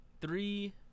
Three